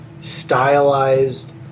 stylized